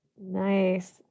Nice